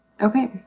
Okay